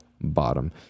bottom